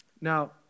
Now